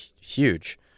Huge